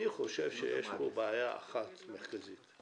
אני חושב שיש פה בעיה אחת מרכזית,